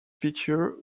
feature